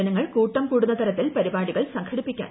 ജനങ്ങൾ കൂട്ടംകൂടുന്ന തരത്തിൽ പരിപാടികൾ സംഘടിപ്പിക്കാൻ പാടില്ല